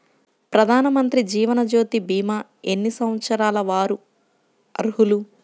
ప్రధానమంత్రి జీవనజ్యోతి భీమా ఎన్ని సంవత్సరాల వారు అర్హులు?